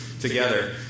together